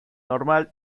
normal